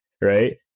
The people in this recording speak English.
right